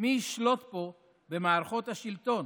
מי ישלוט פה במערכות השלטון,